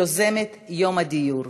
יוזמת יום הדיור.